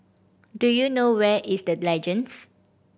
do you know where is The Legends